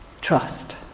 Trust